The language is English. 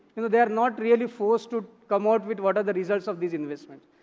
you know they are not really forced to come out with what are the results of these investments.